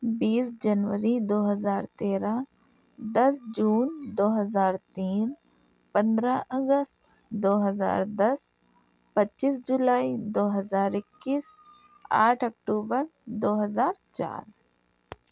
بیس جنوری دو ہزار تیرہ دس جون دو ہزار تین پندرہ اگست دو ہزار دس پچیس جولائی دو ہزار اکیس آٹھ اکتوبر دو ہزار چار